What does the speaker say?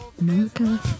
America